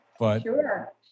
Sure